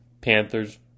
Panthers